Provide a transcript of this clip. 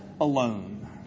alone